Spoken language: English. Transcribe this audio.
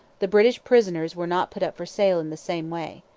the british prisoners were not put up for sale in the same way.